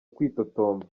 kwitotomba